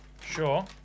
Sure